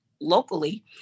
locally